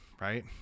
right